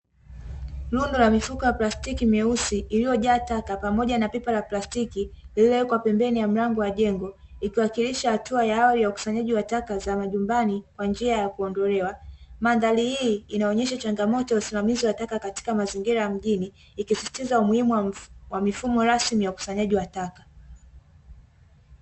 Rundo la mifuko ya plastiki meusi iliyojaa taka pamoja na pipa la plastiki lililowekwa pembeni ya mlango wa jengo, ikiwakilisha hatua ya awali ya ukusanyaji wa taka za majumbani kwa njia ya kuondolewa. Mandhari hii inaonyesha changamoto ya usimamizi wa taka katika mazingira ya mjini ikisisitiza umuhimu wa mifumo rasmi ya ukusanyaji wa taka.